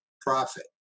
profit